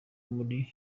muri